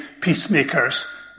peacemakers